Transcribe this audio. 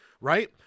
right